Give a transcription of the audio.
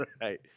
Right